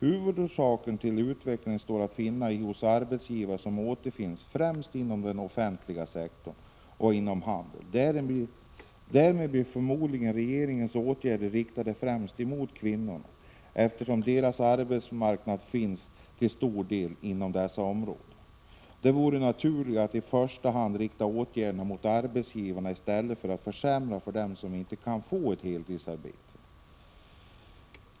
Huvudorsaken till denna utveckling står att finna främst hos arbetsgivare som återfinns inom den offentliga sektorn och inom handeln. Därmed blir förmodligen regeringens åtgärd riktad främst emot kvinnor, eftersom deras arbetsmarknad till stor del finns inom dessa områden. Det vore naturligt att i första hand rikta åtgärderna mot arbetsgivarna i stället för att försämra för dem som inte kan få ett heltidsarbete.